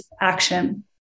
action